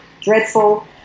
dreadful